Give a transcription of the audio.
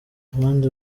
abandi